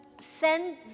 send